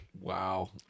Wow